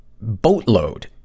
boatload